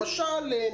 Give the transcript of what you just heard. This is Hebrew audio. למשל,